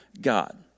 God